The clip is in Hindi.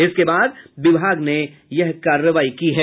इसके बाद विभाग ने यह कार्रवाई की है